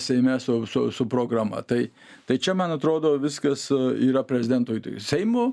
seime su su su programa tai tai čia man atrodo viskas yra prezidentui seimo